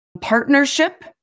partnership